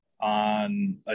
on